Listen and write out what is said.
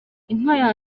inka